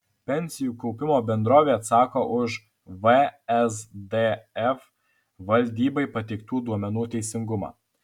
pensijų kaupimo bendrovės atsako už vsdf valdybai pateiktų duomenų teisingumą